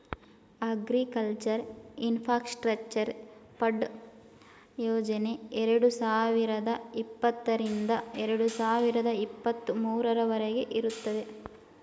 agriculture ಇನ್ಫಾಸ್ಟ್ರಕ್ಚರೆ fund ಯೋಜನೆ ಎರಡು ಸಾವಿರದ ಇಪ್ಪತ್ತರಿಂದ ಎರಡು ಸಾವಿರದ ಇಪ್ಪತ್ತ ಮೂರವರಗೆ ಇರುತ್ತದೆ